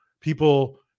people